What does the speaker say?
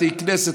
בתי כנסת,